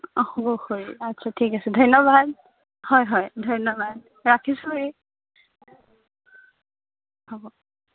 অঁ হ'ব খুড়ী আচ্ছা ঠিক আছে ধন্য়বাদ হয় হয় ধন্য়বাদ ৰাখিছোঁ এ হ'ব